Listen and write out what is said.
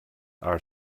our